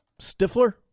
stifler